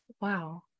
Wow